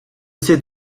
ses